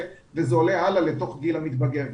וזה עולה הלאה לתוך גיל המתגבר.